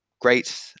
great